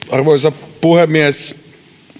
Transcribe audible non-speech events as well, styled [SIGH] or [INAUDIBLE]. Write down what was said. [UNINTELLIGIBLE] arvoisa puhemies